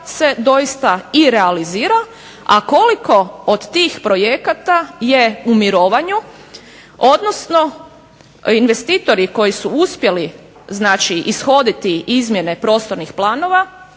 se doista i realizira, a koliko od tih projekata je u mirovanju, odnosno investitori koji su uspjeli znači ishoditi izmjene prostornih planova